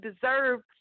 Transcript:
deserve